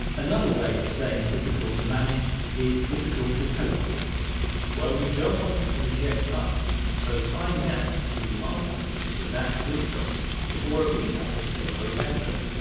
another way of saying difficult to manage is difficult to cope with. dan well, we don't want you to reject us, so time now to give you the answer to that quiz question before a recap of today's vocabulary.